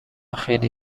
خیلی